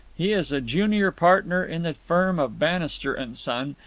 he is a junior partner in the firm of bannister and son,